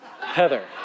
Heather